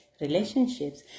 relationships